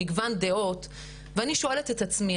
מגוון דעות ואני שואלת את עצמי,